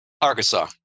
Arkansas